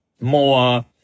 more